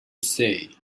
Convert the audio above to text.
say